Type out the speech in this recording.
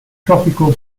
tropical